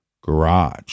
garage